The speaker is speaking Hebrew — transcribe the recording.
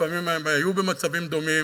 ולפעמים הם היו במצבים דומים,